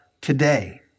today